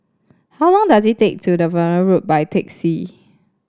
how long does it take to Vaughan Road by taxi